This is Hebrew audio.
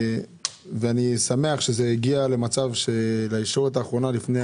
אני שמח שזה הגיע לישורת האחרונה לפני